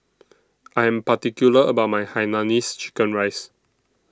I Am particular about My Hainanese Chicken Rice